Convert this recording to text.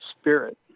spirit